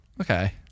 Okay